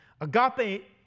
Agape